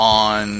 on